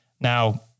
Now